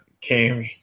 came